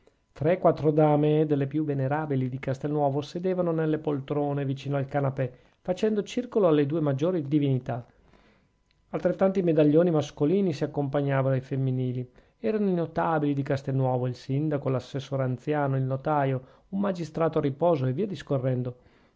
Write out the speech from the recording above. tre quattro dame delle più venerabili di castelnuovo sedevano nelle poltrone vicino al canapè facendo circolo alle due maggiori divinità altrettanti medaglioni mascolini si accompagnavano ai femminili erano i notabili di castelnuovo il sindaco l'assessore anziano il notaio un magistrato a riposo e via discorrendo